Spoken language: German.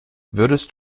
würdest